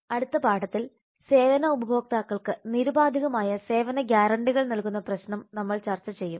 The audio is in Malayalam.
അടുത്ത പാഠത്തിൽ സേവന ഉപഭോക്താക്കൾക്ക് നിരുപാധികമായ സേവന ഗ്യാരണ്ടികൾ നൽകുന്ന പ്രശ്നം നമ്മൾ ചർച്ച ചെയ്യും